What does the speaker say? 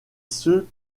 ceux